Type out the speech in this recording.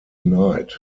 knight